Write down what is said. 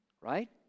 right